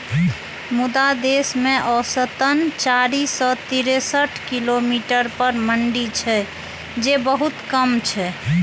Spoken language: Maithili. मुदा देश मे औसतन चारि सय तिरेसठ किलोमीटर पर मंडी छै, जे बहुत कम छै